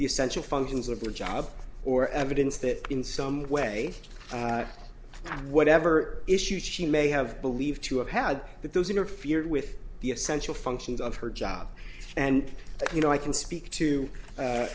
essential functions of the job or evidence that in some way whatever issues she may have believed to have had that those interfered with the essential functions of her job and you know i can speak to